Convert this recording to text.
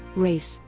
race,